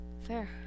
Fair